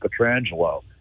Petrangelo